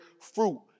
fruit